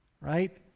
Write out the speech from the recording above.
right